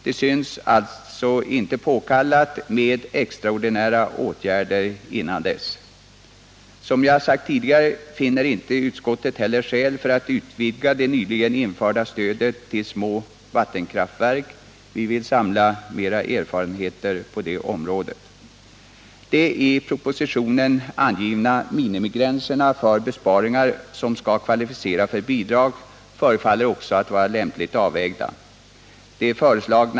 Det synes alltså inte påkallat med extraordinära åtgärder innan dess. Som jag har sagt tidigare finner inte utskottet skäl för att utvidga det nyligen införda stödet till små vattenkraftverk. Vi vill samla mer erfarenheter på det området. De i propositionen angivna minimigränserna för besparingar som skall kvalificera för bidrag förefaller vara lämpligt avvägda.